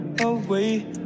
away